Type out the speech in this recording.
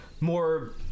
more